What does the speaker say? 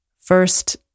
First